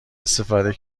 استفاده